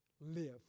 live